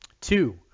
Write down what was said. Two